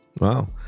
wow